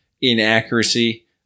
inaccuracy